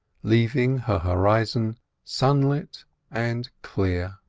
leaving her horizon sunlit and clear.